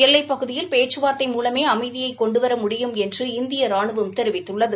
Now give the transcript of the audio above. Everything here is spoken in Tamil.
எல்லைப்பகுதியில் பேச்கவார்த்தை மூலமே அமைதியை கொண்டுவர முடியும் என்று இந்திய ராணுவம் தெரிவித்துள்ளது